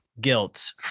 guilt